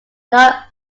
not